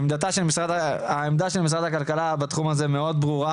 עמדתו של משרד הכלכלה בתחום הזה היא מאוד ברורה